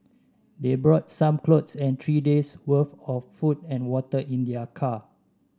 they brought some clothes and three days worth of food and water in their car